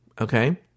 Okay